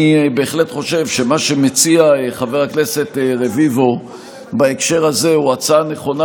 אני בהחלט חושב שמה שמציע חבר הכנסת רביבו בהקשר הזה הוא הצעה נכונה,